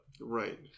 Right